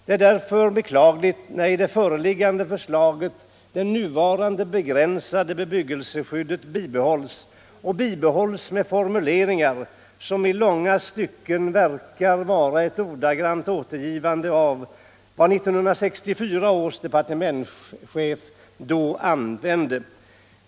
Det är därför beklagligt när i det föreliggande förslaget det nuvarande begränsade bebyggelseskyddet bibehålles med formuleringar som i långa stycken verkar vara ett ordagrant återgivande av de formuleringar som 1964 års departementschef då använde.